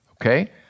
Okay